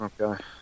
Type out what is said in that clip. okay